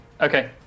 Okay